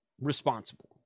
responsible